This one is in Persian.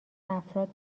افراد